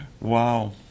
Wow